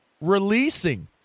releasing